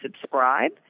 subscribe